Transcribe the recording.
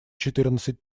четырнадцать